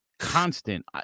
constant